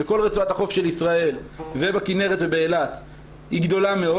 בכל רצועת החוף של ישראל ובכנרת ובאילת היא גדולה מאוד.